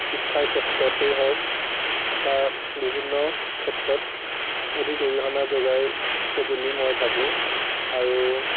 শিক্ষাৰ ক্ষেত্ৰতেই হওক বা বিভিন্ন ক্ষেত্ৰত অধিক অৰিহণা যোগাইছে বুলি মই ভাবোঁ আৰু